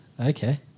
Okay